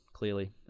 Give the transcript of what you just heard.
Clearly